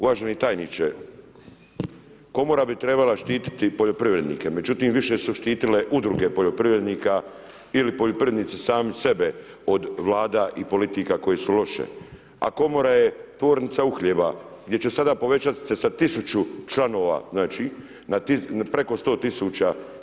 Uvaženi tajniče, komora bi trebala štititi poljoprivrednike, međutim više su štitile udruge poljoprivrednika ili poljoprivrednici sami sebe od vlada i politika koje su loše a komora je tvornica uhljeba gdje će sada se povećati sa 1000 članova na preko 100 000.